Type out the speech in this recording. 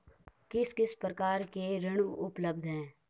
किस किस प्रकार के ऋण उपलब्ध हैं?